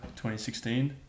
2016